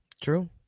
True